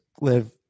live